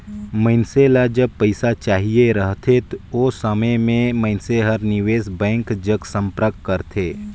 मइनसे ल जब पइसा चाहिए रहथे ओ समे में मइनसे हर निवेस बेंक जग संपर्क करथे